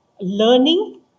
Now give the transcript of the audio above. learning